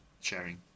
sharing